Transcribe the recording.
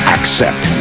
Accept